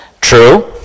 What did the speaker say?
True